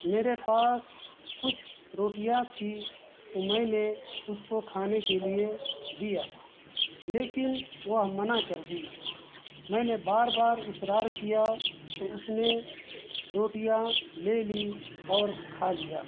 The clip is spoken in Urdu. میرے پاس کچھ روٹیاں تھی تو میں نے اس کو کھانے کے لیے دیا لیکن وہ منع کر دی میں نے بار بار اصرار کیا تو اس نے روٹیاں لے لی اور کھا لیا